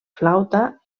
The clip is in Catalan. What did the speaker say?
flauta